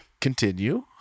continue